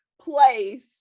place